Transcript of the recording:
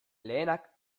lehenak